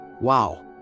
Wow